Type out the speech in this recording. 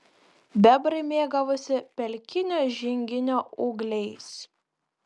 bebrai mėgavosi pelkinio žinginio ūgliais